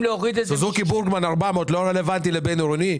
סוזוקי בורגמן 400 לא רלוונטית לבין עירוני?